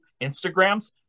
Instagrams